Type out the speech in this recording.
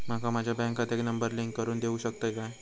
माका माझ्या बँक खात्याक नंबर लिंक करून देऊ शकता काय?